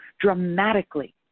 dramatically